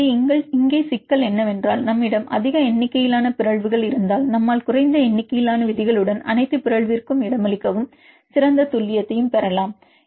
எனவே இங்கே சிக்கல் என்னவென்றால் நம்மிடம் அதிக எண்ணிக்கையிலான பிறழ்வுகள் இருந்தால் நம்மால் குறைந்த எண்ணிக்கையிலான விதிகளுடன் அனைத்து பிறழ்விற்கும் இடமளிக்கவும் சிறந்த துல்லியத்தை பெறலாம் சரி